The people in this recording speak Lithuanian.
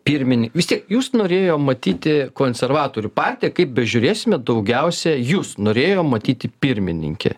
pirminį vis tiek jus norėjo matyti konservatorių partiją kaip bežiūrėsime daugiausia jus norėjo matyti pirmininke